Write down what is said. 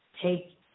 take